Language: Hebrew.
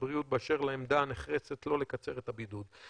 הבריאות באשר לעמדה הנחרצת לא לקצר את הבידוד.